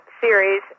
series